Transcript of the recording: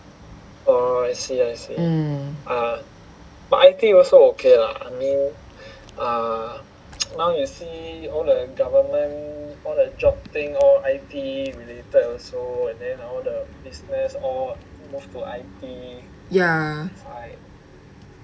mm ya